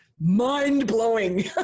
mind-blowing